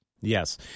Yes